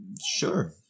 sure